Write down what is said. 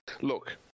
Look